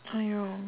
!aiyo!